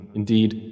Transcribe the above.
indeed